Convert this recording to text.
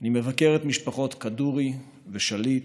אני מבקר את משפחות כדורי ושליט,